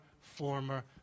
former